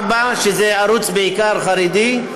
24, שזה בעיקר ערוץ חרדי,